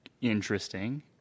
interesting